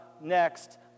next